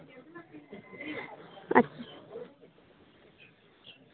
ᱟᱪ